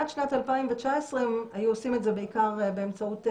עד שנת 2019 היו עושים את זה בעיקר באמצעות ריאיונות,